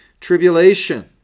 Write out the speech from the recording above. tribulation